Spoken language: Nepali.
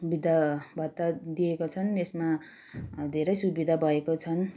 वृद्धभत्ता दिएको छन् यसमा धेरै सुविधा भएको छन्